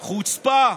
חוצפה,